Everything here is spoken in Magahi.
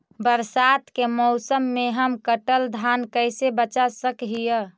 बरसात के मौसम में हम कटल धान कैसे बचा सक हिय?